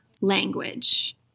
language